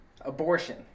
Abortion